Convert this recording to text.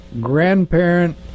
grandparent